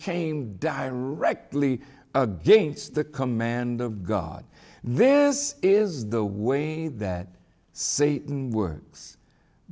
came directly against the command of god this is the way that say works